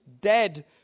Dead